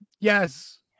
Yes